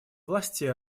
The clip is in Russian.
власти